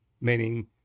meaning